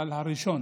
אבל הראשון